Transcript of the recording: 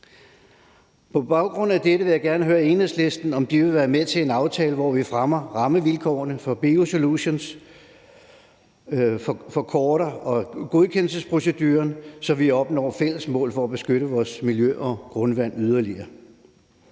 På baggrund af dette vil jeg gerne høre Enhedslisten, om de vil være med til en aftale, hvor vi fremmer rammevilkårene for biosolutions og forkorter godkendelsesproceduren, så vi opnår fælles mål for yderligere beskyttelse af vores miljø og grundvand.